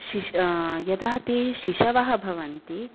शिश् यदा ते शिशवः भवन्ति